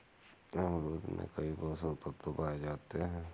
अमरूद में कई पोषक तत्व पाए जाते हैं